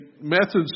methods